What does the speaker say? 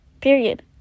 Period